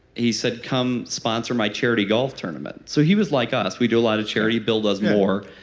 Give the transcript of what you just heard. he said, come sponsor my charity golf tournament. so he was like us, we do a lot of charity. bill does more.